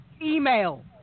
email